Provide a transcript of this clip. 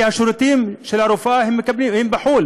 כי השירותים של הרפואה, הם בחו"ל.